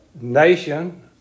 nation